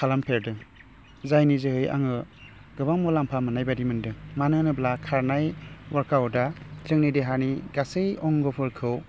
खालामफेरदों जायनि जोहै आङो गोबां मुलाम्फा मोन्नाय बायदि मोनदों मानो होनोब्ला खारनाय वार्कआवोटआ जोंनि देहानि गासै अंगफोरखौ